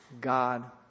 God